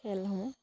খেলসমূহ